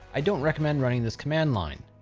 i don't recommend running this command line.